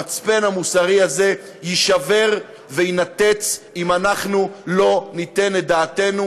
המצפן המוסרי הזה יישבר ויינתץ אם אנחנו לא ניתן את דעתנו,